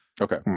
Okay